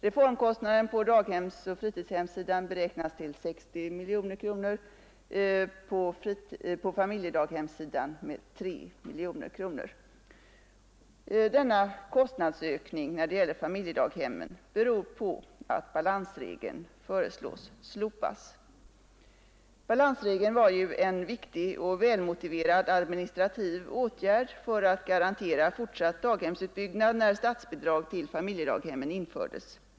Reformkostnaden på daghemsoch fritidshemssidan beräknas till 60 miljoner kronor, på familjedaghemssidan till 3 miljoner kronor. Denna kostnadsökning när det gäller familjedaghemmen beror på att balansregeln föreslås slopas. Balansregeln var ju en viktig och välmotiverad administrativ åtgärd för att garantera fortsatt daghemsutbyggnad när statsbidrag till familjedag hemmen infördes.